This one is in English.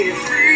free